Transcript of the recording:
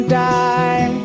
die